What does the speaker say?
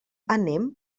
anem